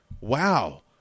Wow